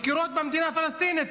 מכירות במדינה פלסטינית.